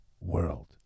world